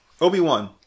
Obi-Wan